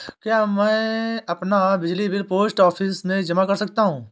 क्या मैं अपना बिजली बिल पोस्ट ऑफिस में जमा कर सकता हूँ?